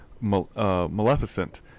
Maleficent